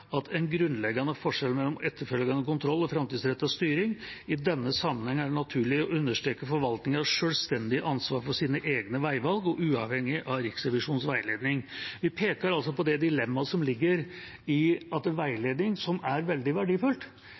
at det er «en grunnleggende forskjell mellom etterfølgende kontroll og fremtidsrettet styring. I denne sammenheng er det naturlig å understreke forvaltningens selvstendige ansvar for sine egne veivalg, uavhengig av revisjonens veiledning.» Vi peker altså på det dilemmaet som ligger i at veiledning, som er veldig verdifullt,